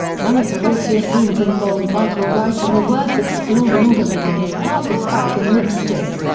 one of the racier scenes involved michael writing the words explore monogamy on his partner's back in lipstick.